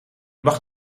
mag